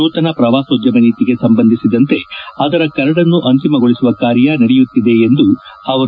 ನೂತನ ಪ್ರವಾಸೋದ್ಯಮ ನೀತಿಗೆ ಸಂಬಂಧಿಸಿದಂತೆ ಅದರ ಕರಡನ್ನು ಅಂತಿಮಗೊಳಿಸುವ ಕಾರ್ಯ ನಡೆಯುತ್ತಿದೆ ಎಂದರು